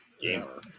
Gamer